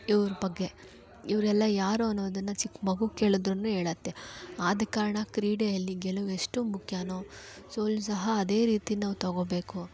ಇವರ ಬಗ್ಗೆ ಇವರೆಲ್ಲ ಯಾರು ಅನ್ನೋದನ್ನು ಚಿಕ್ಕ ಮಗುಗೆ ಕೇಳಿದ್ರು ಹೇಳತ್ತೆ ಆದ ಕಾರಣ ಕ್ರೀಡೆಯಲ್ಲಿ ಗೆಲುವು ಎಷ್ಟು ಮುಖ್ಯಾನೋ ಸೋಲು ಸಹ ಅದೇ ರೀತಿ ನಾವು ತೊಗೋಬೇಕು